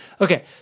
Okay